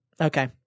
Okay